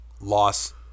loss